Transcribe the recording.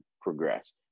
progress